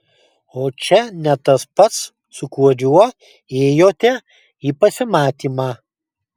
o čia ne tas pats su kuriuo ėjote į pasimatymą